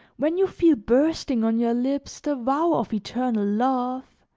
when you feel bursting on your lips the vow of eternal love,